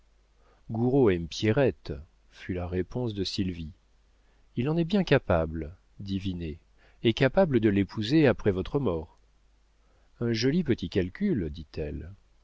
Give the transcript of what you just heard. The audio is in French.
aime pierrette fut la réponse de sylvie il en est bien capable dit vinet et capable de l'épouser après votre mort un joli petit calcul dit-elle